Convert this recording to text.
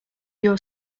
your